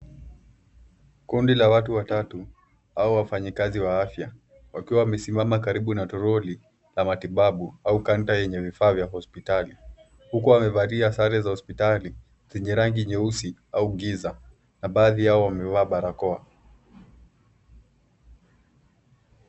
Kundi la watu watatu, au wafanyikazi wa afya wakiwa wamesimama karibu na toroli la matibabu au canter yenye vifaa vya hospitali huku wamevalia sare za hospitali zenye rangi nyeusi au giza na baadhi yao wamevaa barakoa.